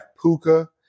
Puka